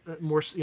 more